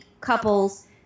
couples